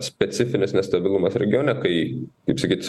specifinis nestabilumas regione kai kaip sakyt